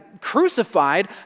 crucified